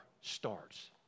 starts